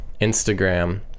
Instagram